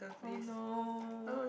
oh no